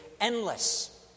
endless